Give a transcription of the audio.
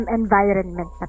environment